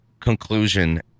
conclusion